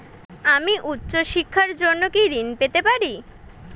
আমি উচ্চশিক্ষার জন্য কি ঋণ পেতে পারি?